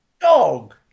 Dog